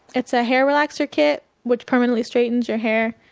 it's a hair relaxer kit which permanently straightens your hair.